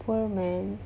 poor man